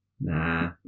Nah